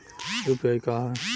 UPI का ह?